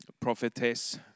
prophetess